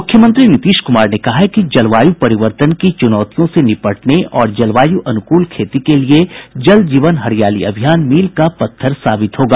मुख्यमंत्री नीतीश क्मार ने कहा है कि जलवायू परिवर्तन की चूनौतियों से निपटने और जलवायु अनुकूल खेती के लिये जल जीवन हरियाली अभियान मील का पत्थर साबित होगा